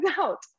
out